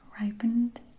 ripened